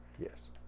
Yes